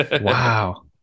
Wow